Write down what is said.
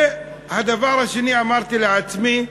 והדבר השני, אמרתי לעצמי: